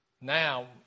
Now